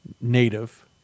native